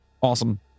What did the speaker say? awesome